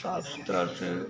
साफ सुथरा से